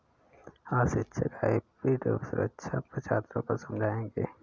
आज शिक्षक हाइब्रिड सुरक्षा पर छात्रों को समझाएँगे